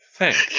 Thanks